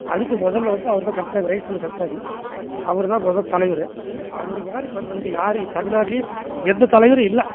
அதுக்கு மொதலில் வந்து அவர் தான் கந்தசாமி ரைஸ்மில் கந்தசாமி அவர்தான் மொதல் தலைவர் அவர் மாதிரி பண்ணுறதுக்கு யாரும் தமிழ்நாட்டிலையே எந்த தலைவரும் இல்லை